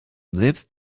selbst